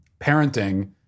parenting